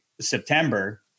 september